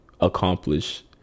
accomplish